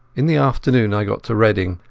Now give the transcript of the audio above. in the afternoon i got to reading,